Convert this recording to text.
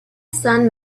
son